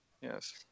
Yes